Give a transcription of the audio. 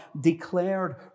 declared